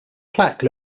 plaque